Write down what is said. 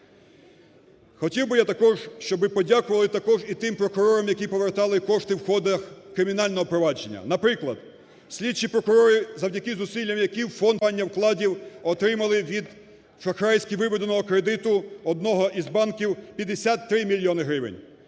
Хотів би я також, щоб ви подякували також і тим прокурорам, які повертали кошти в ходах кримінального провадження. Наприклад, слідчі прокурори, завдяки зусиллям яким Фонд гарантування вкладів отримав від шахрайськи виведеного кредиту одного із банків 53 мільйони гривень.